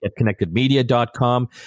GetConnectedMedia.com